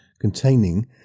containing